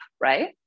right